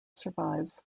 survives